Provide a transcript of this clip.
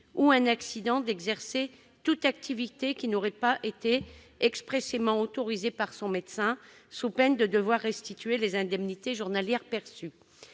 ou un accident d'exercer toute activité qui n'aurait pas été expressément autorisée par son médecin, sous peine de devoir restituer les indemnités journalières perçues.